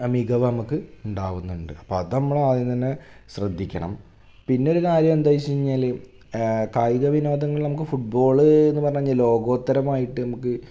മികവ് അമ്മക്ക് ഉണ്ടാകുന്നുണ്ട് അപ്പം അതു നമ്മാളാദ്യം തന്നെ ശ്രദ്ധിക്കണം പിന്നൊരു കാര്യം എന്തോയിച്ചയിഞ്ഞാൽ കായികവിനോദങ്ങള് നമുക്ക് ഫുട്ബോൾ എന്നു പറഞ്ഞു കഴിഞ്ഞാൽ ലോകോത്തരമായിട്ട് നമുക്ക്